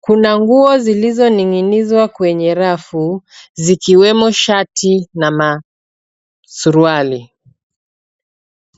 Kuna nguo zilizoning'inizwa kwenye rafu zikiwemo shati na masuruali.